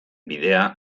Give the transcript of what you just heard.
bidea